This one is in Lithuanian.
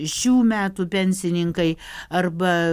šių metų pensininkai arba